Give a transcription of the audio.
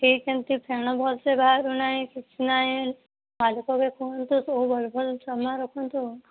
ସେ କେମିତି ଫେଣ ଠିକ ସେ ବାହାରୁନାହିଁ କିଛିନାହିଁ ମାଲିକକୁ କୁହନ୍ତୁ ସବୁ ଭଲ ଭଲ ସାମାନ ରଖନ୍ତୁ